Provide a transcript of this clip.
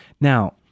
Now